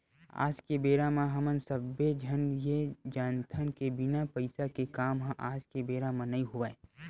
आज के बेरा म हमन सब्बे झन ये जानथन के बिना पइसा के काम ह आज के बेरा म नइ होवय